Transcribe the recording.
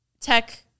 tech